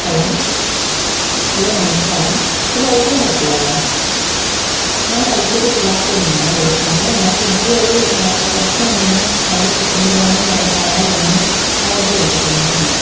hello hello നമസ്കാരം ഇത് പവിത്ര ഹോട്ടലല്ലേ ഞാൻ തലശ്ശേരി പിലാക്കൂൾന്നാണേ വിളിക്കുന്നത് ഞാൻ സ്വിഗ്ഗി വഴി നേരത്തെ കുറച്ച് മുൻപേ രണ്ട് ചിക്കൻ ബിരിയാണിയും നാലു സാധാ ഊണും ഓർഡർ ചെയ്തിട്ടുണ്ടായിരുന്നു